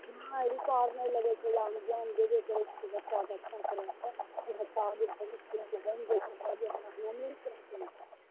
नहि रुपा आर नहि लागै छै इहाँ ज्ञान देबे करै छियै बच्चाके अच्छा तरहसँ जे आगे भविष्य किछु बैन जेतै तबे